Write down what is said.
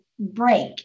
break